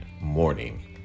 morning